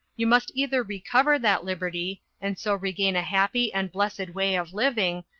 you must either recover that liberty, and so regain a happy and blessed way of living,